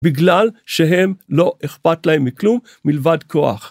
בגלל שהם לא אכפת להם מכלום מלבד כוח.